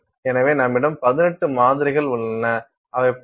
எனவே நம்மிடம் 18 மாதிரிகள் உள்ளன அவை 0